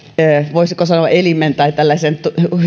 voisiko sanoa yhteistyöelimen tai tällaisen